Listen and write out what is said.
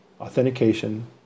authentication